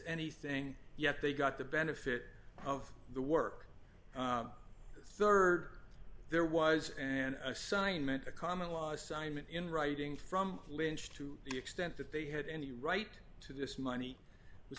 anything yet they got the benefit of the work rd there was an assignment a common law assignment in writing from lynch to the extent that they had any right to this money was